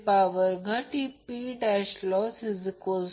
जर power PL असेल तर IL हा PL VL असेल